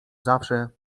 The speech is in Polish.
zawsze